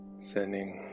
Sending